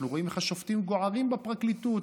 אנחנו רואים איך השופטים גוערים בפרקליטות,